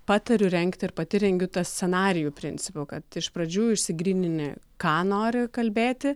patariu rengti ir pati rengiu ta scenarijų principu kad iš pradžių išsigrynini ką nori kalbėti